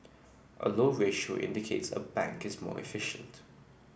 a low ratio indicates a bank is more efficient